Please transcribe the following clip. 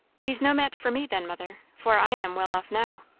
he's no match for me, then, mother for i am well off now.